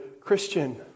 Christian